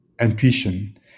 intuition